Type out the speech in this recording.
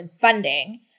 funding